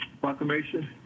proclamation